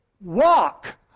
walk